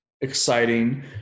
exciting